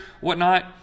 whatnot